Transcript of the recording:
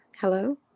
Hello